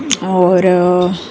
होर